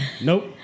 Nope